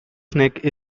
snake